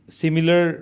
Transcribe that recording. similar